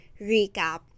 recap